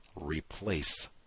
Replace